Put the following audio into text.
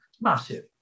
Massive